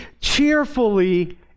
cheerfully